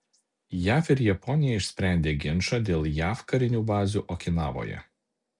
jav ir japonija išsprendė ginčą dėl jav karinių bazių okinavoje